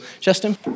Justin